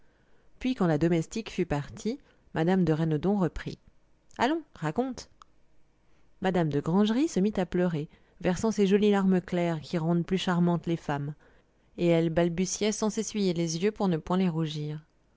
puis quand la domestique fut partie mme de rennedon reprit allons raconte mme de grangerie se mit à pleurer versant ces jolies larmes claires qui rendent plus charmantes les femmes et elle balbutiait sans s'essuyer les yeux pour ne point les rougir